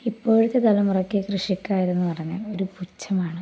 ഇപ്പോഴത്തെ തലമുറയ്ക്ക് കൃഷിക്കാരെന്നു പറഞ്ഞാൽ ഒരു പുച്ഛമാണ്